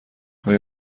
آیا